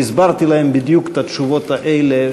והסברתי להם בדיוק את התשובות האלה,